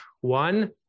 one